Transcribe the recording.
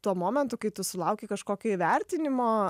tuo momentu kai tu sulauki kažkokio įvertinimo